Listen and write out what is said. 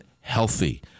healthy